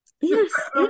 Yes